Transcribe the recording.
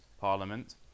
parliament